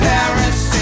Paris